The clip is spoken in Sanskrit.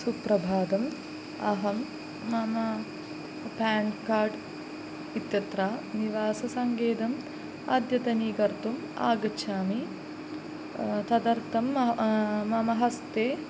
सुप्रभातम् अहं मम पेन् कार्ड् इत्यत्र निवाससङ्गेतम् अद्यतनीकर्तुम् आगच्छामि तदर्थं मम मम हस्ते